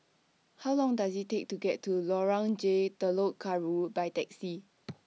How Long Does IT Take to get to Lorong J Telok Kurau By Taxi